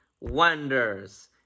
wonders